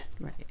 Right